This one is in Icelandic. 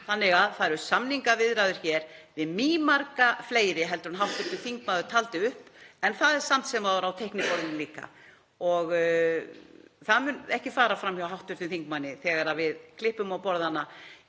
krefst. Það eru samningaviðræður við mýmarga fleiri heldur en hv. þingmaður taldi upp, en það er samt sem áður á teikniborðinu líka. Það mun ekki fara fram hjá hv. þingmanni þegar við klippum á borðana